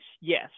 yes